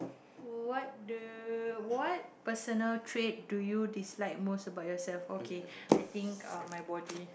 what the what personal trait do you dislike most about yourself okay I think um my body